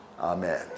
Amen